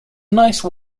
nice